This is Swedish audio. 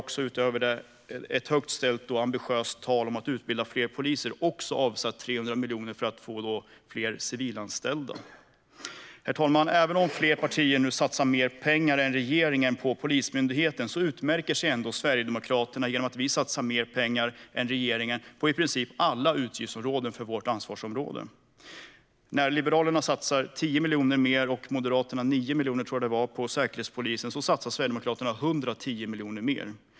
Utöver det har vi ett högt ställt och ambitiöst mål om att utbilda fler poliser och har avsatt 300 miljoner för att anställa fler civilanställda. Herr talman! Även om fler partier nu satsar mer pengar än regeringen på Polismyndigheten utmärker sig ändå Sverigedemokraterna genom att vi satsar mer pengar än regeringen på i princip alla utgiftsområden inom vårt ansvarsområde. När Liberalerna satsar 10 miljoner mer och Moderaterna 9 miljoner - tror jag att det var - på Säkerhetspolisen satsar Sverigedemokraterna 110 miljoner mer.